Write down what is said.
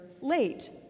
late